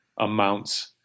amounts